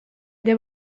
ere